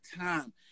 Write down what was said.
time